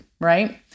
right